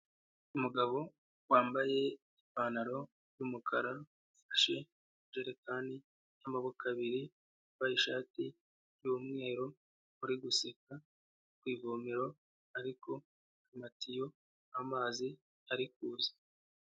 Umugabo wambaye ipantaro y'umukara, ufashe injerekani n'amaboko abiri, wambaye ishati y'umweru uri guseka ku ivomero, ariko amatiyo nt'amazi ari kuza.